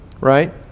right